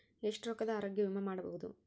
ಎಷ್ಟ ರೊಕ್ಕದ ಆರೋಗ್ಯ ವಿಮಾ ಮಾಡಬಹುದು?